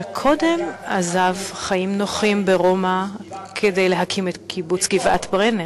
שקודם עזב חיים נוחים ברומא כדי להקים את קיבוץ גבעת-ברנר,